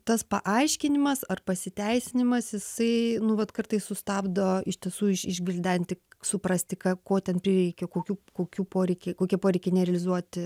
tas paaiškinimas ar pasiteisinimas jisai nu vat kartais sustabdo iš tiesų iš išgvildenti suprasti ką ko ten prireikia kokių kokių poreikiai kokie poreikiai nerealizuoti